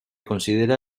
considera